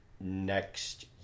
Next